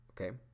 okay